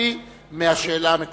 רבתי מהשאלה המקורית.